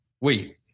Wait